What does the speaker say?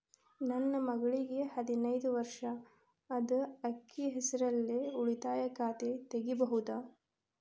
ನನ್ನ ಮಗಳಿಗೆ ಹದಿನೈದು ವರ್ಷ ಅದ ಅಕ್ಕಿ ಹೆಸರಲ್ಲೇ ಉಳಿತಾಯ ಖಾತೆ ತೆಗೆಯಬಹುದಾ?